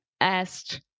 asked